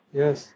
yes